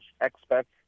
experts